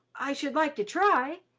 i should like to try,